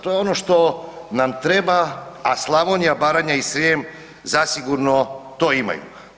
To je ono što nam treba, a Slavonija, Baranja i Srijem zasigurno to imaju.